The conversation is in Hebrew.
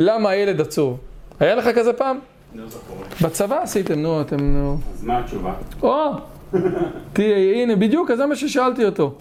למה הילד עצור? היה לך כזה פעם? לא זוכר. בצבא עשיתם, נו, אתם, נו. אז מה התשובה? או! תהיה, הנה, בדיוק, אז זה מה ששאלתי אותו.